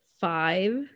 five